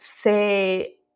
say